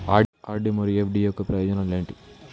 RD మరియు FD యొక్క ప్రయోజనాలు ఏంటి?